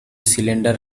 cylinder